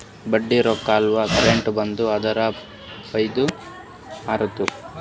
ಬಡ್ಡಿ ರೊಕ್ಕಾ ಎಲ್ಲಾ ಕರೆಕ್ಟ್ ಬಂತ್ ಅಂದುರ್ ಫೈದಾ ಆತ್ತುದ್